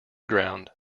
ground